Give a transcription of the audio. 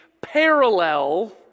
parallel